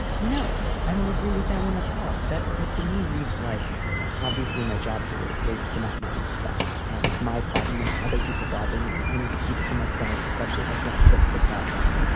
no, i don't agree with that one at all. that that to me reads like obviously my job here is to not mind stuff. and it's my problem if other people bother me. i need to keep it to myself, especially if i can't fix the problem.